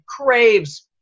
craves